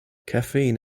caffeine